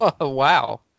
Wow